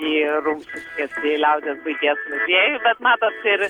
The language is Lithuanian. į rumšiškes į liaudies buities muziejų bet matosi ir